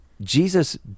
Jesus